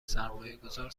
سرمایهگذار